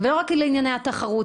ולא רק לענייני התחרות.